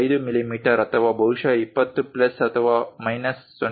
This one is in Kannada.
5 ಮಿಮೀ ಅಥವಾ ಬಹುಶಃ 20 ಪ್ಲಸ್ ಅಥವಾ ಮೈನಸ್ 0